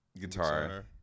guitar